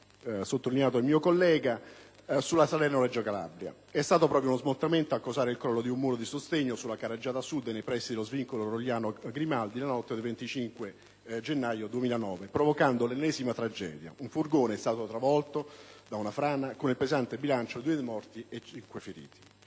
idrogeologici sulla Salerno-Reggio Calabria; è stato proprio uno smottamento a causare il crollo di un muro di sostegno sulla carreggiata sud, nei pressi dello svincolo di Rogliano-Grimaldi, la notte del 25 gennaio 2009, provocando l'ennesima tragedia: un furgone è stato travolto da una frana, con il pesante bilancio di due morti e cinque feriti.